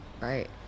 Right